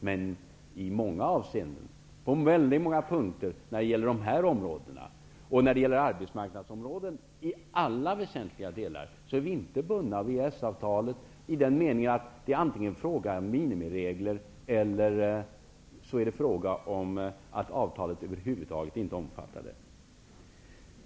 Men i många avseenden, på väldigt många punkter när det gäller de här områdena och på arbetsmarknadsområdet i alla väsentliga delar, är vi inte bundna av EES avtalet i den meningen, att det antingen är fråga om minimiregler eller är fråga om att avtalet över huvud taget inte omfattar dem.